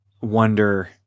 wonder